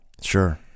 Sure